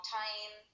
time